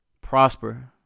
prosper